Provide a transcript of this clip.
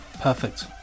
Perfect